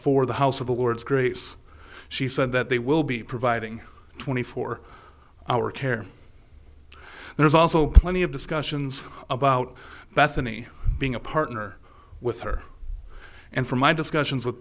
for the house of lords grace she said that they will be providing twenty four hour care there's also plenty of discussions about bethany being a partner with her and from my discussions with